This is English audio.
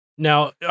Now